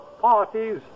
parties